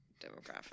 demographic